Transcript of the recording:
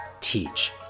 Teach